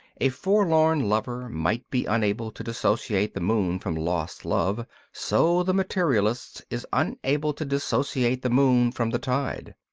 a forlorn lover might be unable to dissociate the moon from lost love so the materialist is unable to dissociate the moon from the tide.